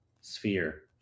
sphere